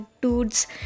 dudes